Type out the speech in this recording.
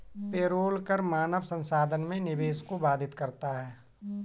payroll कर मानव संसाधन में निवेश को बाधित करता है